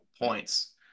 points